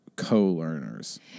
Co-learners